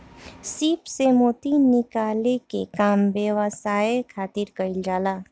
सीप से मोती निकाले के काम व्यवसाय खातिर कईल जाला